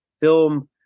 film